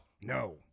no